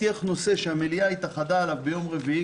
תאמין לי איתן, יש לנו עוד הרבה דברים על מה לריב.